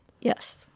Yes